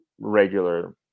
regular